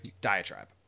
diatribe